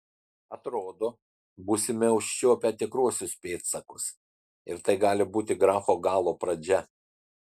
atrodo būsime užčiuopę tikruosius pėdsakus ir tai gali būti grafo galo pradžia